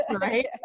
right